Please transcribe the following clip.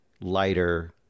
lighter